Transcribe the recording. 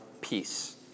peace